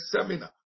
seminar